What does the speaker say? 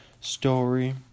Story